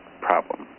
problem